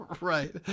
Right